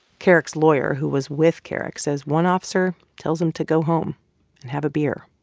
kerrick's lawyer, who was with kerrick, says one officer tells him to go home and have a beer